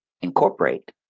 incorporate